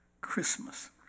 Christmas